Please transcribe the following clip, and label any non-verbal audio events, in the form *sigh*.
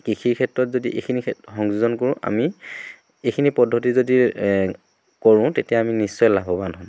কৃষিৰ ক্ষেত্ৰত যদি এইখিনি *unintelligible* সংযোজন কৰোঁ আমি এইখিনি পদ্ধতি যদি কৰোঁ তেতিয়া আমি নিশ্চয় লাভৱান হ'ম